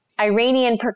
iranian